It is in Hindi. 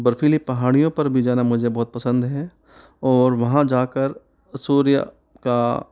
बर्फीली पहाड़ियों पर भी जाना मुझे पसंद है और वहाँ जाकर सूर्य का